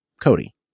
Cody